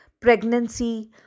pregnancy